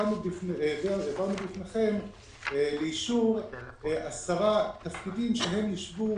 העברנו לכם לאישור עשרה תפקידים שהם ישבו